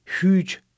huge